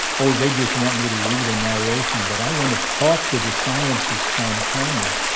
oh, they just want me to read a narration. but i want to talk to the scientists on camera,